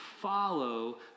follow